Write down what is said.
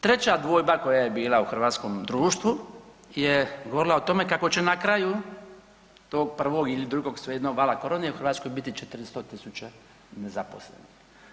Treća dvojba koja je bila u hrvatskom društvu je govorila o tome kako će na kraju tog prvog ili drugog svejedno vala korone u Hrvatskoj biti 400.000 nezaposlenih.